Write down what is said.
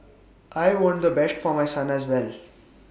I want the best for my son as well